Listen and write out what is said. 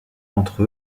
entre